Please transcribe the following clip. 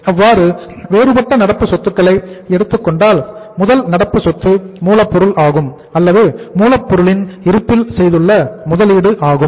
அவ்வாறு வேறுபட்ட நடப்பு சொத்துக்களை எடுத்துக்கொண்டால் முதல் நடப்பு சொத்து மூலப்பொருள் ஆகும் அல்லது மூலப்பொருளின் இருப்பில் செய்துள்ள முதலீடு ஆகும்